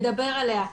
לדבר עליה.